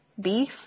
beef